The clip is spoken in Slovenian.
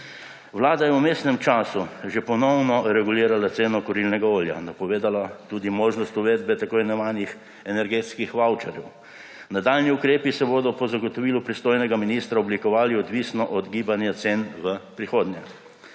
Vlada je v vmesnem času že ponovno regulirala ceno kurilnega olja, napovedala tudi možnost uvedbe tako imenovanih energetskih vavčerjev. Nadaljnji ukrepi se bodo po zagotovilu pristojnega ministra oblikovali odvisno od gibanja cen v prihodnje.